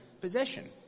possession